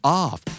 off